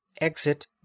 Exit